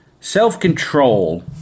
Self-control